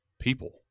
people